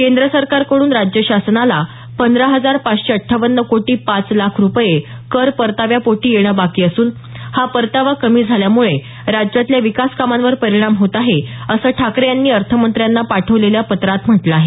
केंद्र सरकारकडून राज्य शासनाला पंधरा हजार पाचशे अट्रावन्न कोटी पाच लाख रुपये कर परताव्यापोटी येणं बाकी असून हा परतावा कमी झाल्यामुळे राज्यातल्या विकास कामांवर परिणाम होत आहे असं ठाकरे यांनी अर्थमंत्र्यांना पाठवलेल्या पत्रात म्हटल आहे